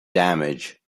damage